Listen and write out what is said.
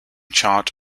chart